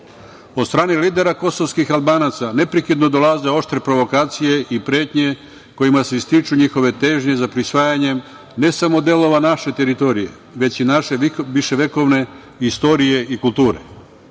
strane lidera kosovskih Albanaca neprekidno dolaze oštre provokacije i pretnje kojima se ističu njihove težnje za prisvajanjem ne samo delova naše teritorije, već i naše viševekovne istorije i kulture. Ono